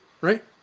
right